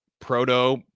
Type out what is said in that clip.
proto